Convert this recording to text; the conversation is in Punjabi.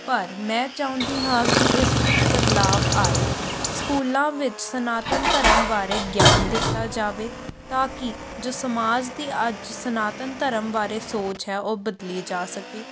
ਪਰ ਮੈਂ ਚਾਹੁੰਦੀ ਹਾਂ ਕਿ ਇਸ ਵਿੱਚ ਬਦਲਾਵ ਆਏ ਸਕੂਲਾਂ ਵਿੱਚ ਸਨਾਤਨ ਧਰਮ ਬਾਰੇ ਗਿਆਨ ਦਿੱਤਾ ਜਾਵੇ ਤਾਂ ਕਿ ਜੋ ਸਮਾਜ ਦੀ ਅੱਜ ਸਨਾਤਨ ਧਰਮ ਬਾਰੇ ਸੋਚ ਹੈ ਉਹ ਬਦਲੀ ਜਾ ਸਕੇ